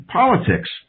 politics